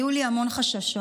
היו לי המון חששות,